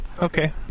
Okay